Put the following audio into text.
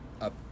up